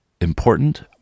important